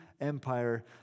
empire